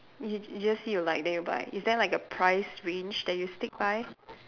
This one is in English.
y~ you just see you like then you buy is there a price range that you stick by